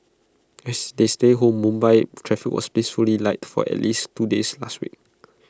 as they stayed home Mumbai's traffic was blissfully light for at least two days last week